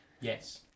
Yes